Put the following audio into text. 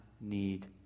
need